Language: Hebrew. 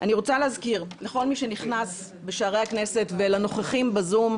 אני רוצה להזכיר לכל מי שנכנס בשערי הכנסת ולנוכחים בזום,